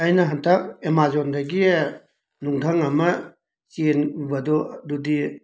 ꯑꯩꯅ ꯍꯟꯗꯛ ꯑꯦꯃꯥꯖꯣꯟꯗꯒꯤ ꯅꯨꯡꯙꯪ ꯑꯃ ꯆꯦꯟꯕꯗꯨ ꯑꯗꯨꯗꯤ